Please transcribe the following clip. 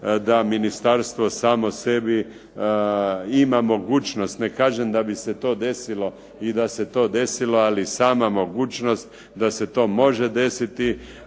da ministarstvo samo sebi ima mogućnost, ne kažem da bi se to desilo i da se to desilo, ali sama mogućnost da se to može desiti,